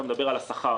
אתה מדבר על השכר.